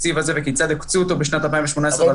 התקציב הזה וכיצד הקצו אותו בשנים 2018 ו-2019.